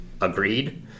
agreed